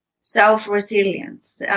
Self-resilience